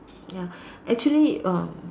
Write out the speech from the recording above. ya actually uh